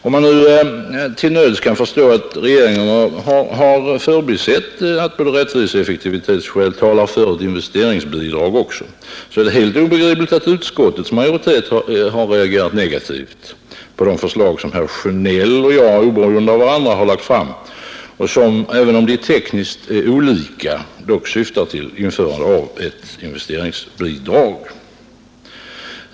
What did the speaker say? Om man nu till nöds kan förstå att regeringen förbisett att både rättviseoch effektivitetssynpunkter talar för ett investeringsbidrag, så är det helt obegripligt att utskottets majoritet reagerat negativt på de förslag som herr Sjönell och jag, oberoende av varandra, har lagt fram och som, även om de tekniskt är olika, syftar till införande av ett investeringsbidrag.